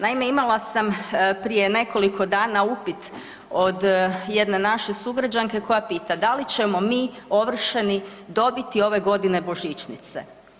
Naime, imala sam prije nekoliko dana upit od jedne naše sugrađanke koja pita, da li ćemo mi ovršeni dobiti ove godine božićnice.